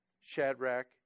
Shadrach